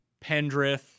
Pendrith